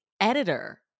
editor